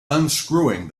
unscrewing